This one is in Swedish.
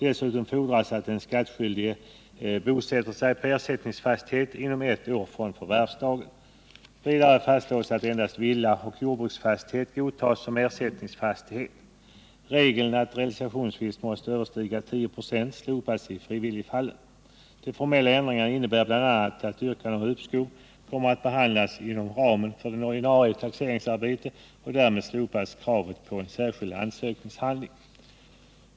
Dessutom fordras att den skattskyldige bosätter sig på ersättningsfastigheten inom ett år från förvärvsdagen. Vidare fastslås att endast villaoch jordbruksfastighet godtas som ersättningsfastighet. Regeln att realisationsvinst måste överstiga 10 96 slopas i frivilligfallen. De formella ändringarna innebär bl.a. att yrkanden om uppskov kommer att behandlas inom ramen för det ordinarie taxeringsarbetet. Därmed slopas kravet på en särskild ansökningshandling.